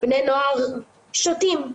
בני נוער שותים,